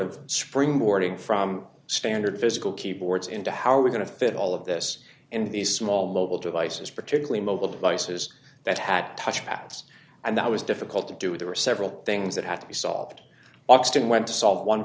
of spring morning from standard physical keyboards into how are we going to fit all of this in these small mobile devices particularly mobile devices that had touch paths and that was difficult to do there are several things that have to be solved boxed in went to solve one